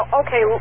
okay